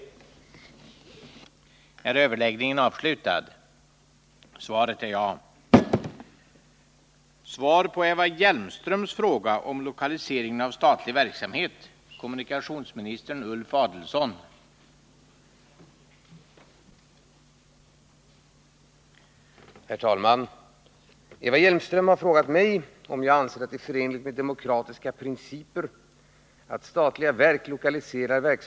Fredagen den